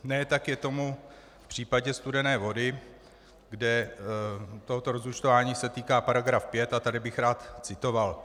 Ne tak je tomu v případě studené vody, kde tohoto rozúčtování se týká § 5, a tady bych rád citoval.